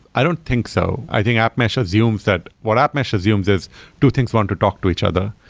i don't think so. i think app mesh assumes that what app mesh assumes is two things want to talk to each other.